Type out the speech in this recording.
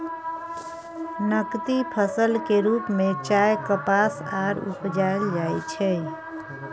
नकदी फसल के रूप में चाय, कपास आर उपजाएल जाइ छै